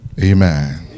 Amen